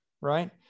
right